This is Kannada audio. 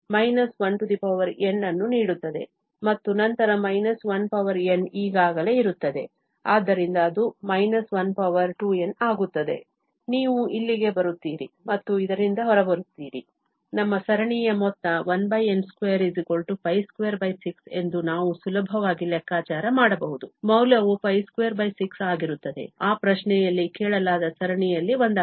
ಆದ್ದರಿಂದ ಅದು −12n ಆಗುತ್ತದೆ ನೀವು ಇಲ್ಲಿಗೆ ಬರುತ್ತೀರಿ ಮತ್ತು ಇದರಿಂದ ಹೊರಬರುತ್ತೀರಿ ನಮ್ಮ ಸರಣಿಯ ಮೊತ್ತ 1n226 ಎಂದು ನಾವು ಸುಲಭವಾಗಿ ಲೆಕ್ಕಾಚಾರ ಮಾಡಬಹುದು ಮೌಲ್ಯವು 26 ಆಗಿರುತ್ತದೆ ಆ ಪ್ರಶ್ನೆಯಲ್ಲಿ ಕೇಳಲಾದ ಸರಣಿಗಳಲ್ಲಿ ಒಂದಾಗಿದೆ